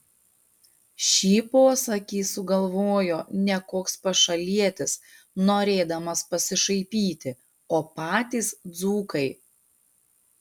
šį posakį sugalvojo ne koks pašalietis norėdamas pasišaipyti o patys dzūkai